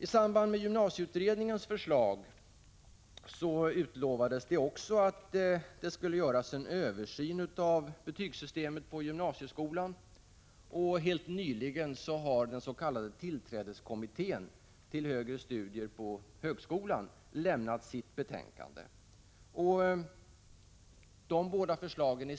I samband med gymnasieutredningens förslag utlovades att det skulle göras en översyn av betygssystemet på gymnasieskolan, och helt nyligen har den s.k. tillträdeskommittén, som sett över reglerna för tillträde till högskolan, lämnat sitt betänkande. De båda förslagen